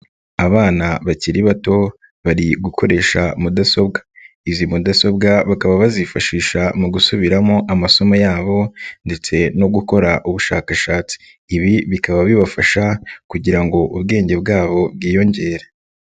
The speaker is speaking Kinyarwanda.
Abana bakiri bato bari gukoresha mudasobwa, izi mudasobwa bakaba bazifashisha mu gusubiramo amasomo yabo ndetse no gukora ubushakashatsi, ibi bikaba bibafasha kugira ngo ubwenge bwabo bwiyongere.